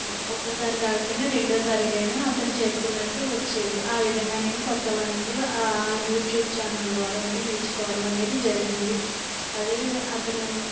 ఒక్కసారి కాకపోయినా రెండో సారికైనా అతను చెప్పినట్టు వచ్చేది ఆ విధంగా నేను కొత్త వంటలు ఆ యూట్యుబ్ ఛానల్ ద్వారా నేను నేర్చుకోవడం అనేది జరిగింది అదేవిధ అతను